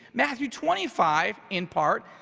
matthew twenty five in part,